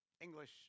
English